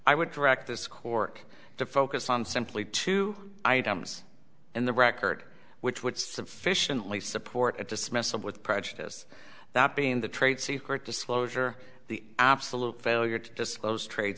i would direct this cork to focus on simply two items in the record which would sufficiently support a dismissal with prejudice that being the trade secret disclosure the absolute failure to disclose trade